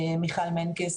מיכל מנקס,